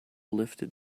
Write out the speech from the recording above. lifted